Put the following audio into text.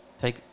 take